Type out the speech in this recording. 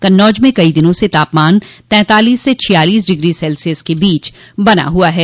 कन्नौज में कई दिनों से तापमान तैंतालीस से छियालीस डिग्री सेल्सियस के बीच बना हुआ है